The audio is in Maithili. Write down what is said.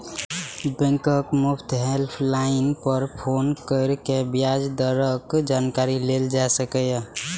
बैंकक मुफ्त हेल्पलाइन पर फोन कैर के ब्याज दरक जानकारी लेल जा सकैए